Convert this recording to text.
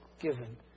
given